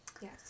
Yes